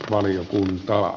valiokunta